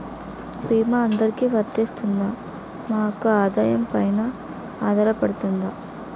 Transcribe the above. భీమా అందరికీ వరిస్తుందా? మా యెక్క ఆదాయం పెన ఆధారపడుతుందా?